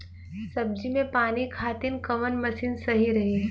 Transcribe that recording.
सब्जी में पानी खातिन कवन मशीन सही रही?